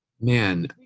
Man